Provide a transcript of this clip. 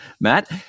Matt